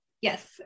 Yes